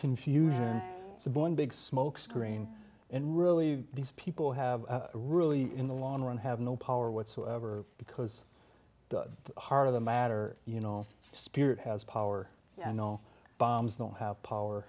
confusion so one big smokescreen and really these people have really in the long run have no power whatsoever because the heart of the matter you know spirit has power you know bombs don't have power